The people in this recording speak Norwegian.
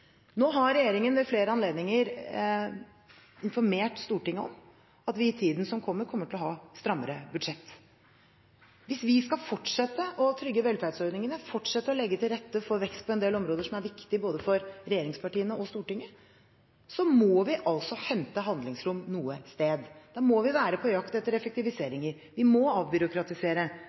regjeringen har ved flere anledninger informert Stortinget om at vi i tiden som kommer, kommer til å ha strammere budsjetter. Hvis vi skal fortsette å trygge velferdsordningene, fortsette å legge til rette for vekst på en del områder som er viktige, både for regjeringspartiene og for Stortinget, må vi hente handlingsrom et sted. Da må vi være på jakt etter effektiviseringer. Vi må avbyråkratisere.